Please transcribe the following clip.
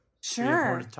Sure